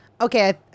okay